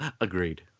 Agreed